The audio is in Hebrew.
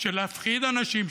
של להפחיד אנשים,